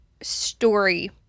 story